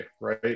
right